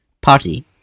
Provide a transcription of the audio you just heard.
party